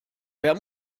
wer